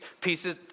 pieces